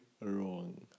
wrong